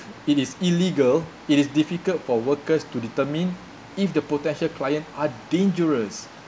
it is illegal it is difficult for workers to determine if the potential client are dangerous